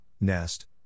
nest